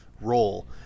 role